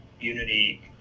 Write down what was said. unity